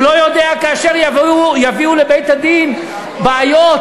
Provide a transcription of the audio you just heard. הוא לא יודע שכאשר יביאו לבית-הדין בעיות,